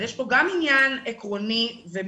אז יש פה גם עניין עקרוני ומוסרי,